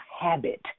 habit